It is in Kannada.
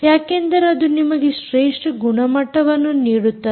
ಯಾಕೆಂದರೆ ಅದು ನಿಮಗೆ ಶ್ರೇಷ್ಠ ಗುಣಮಟ್ಟವನ್ನು ನೀಡುತ್ತದೆ